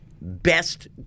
best